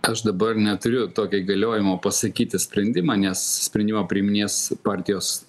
aš dabar neturiu tokio įgaliojimo pasakyti sprendimą nes sprendimą priiminės partijos